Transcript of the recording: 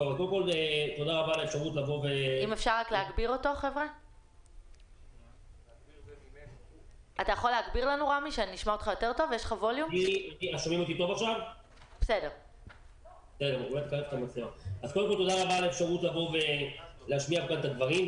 תודה רבה על ההזדמנות להשמיע כאן את הדברים.